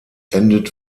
endet